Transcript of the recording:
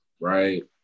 right